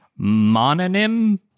Mononym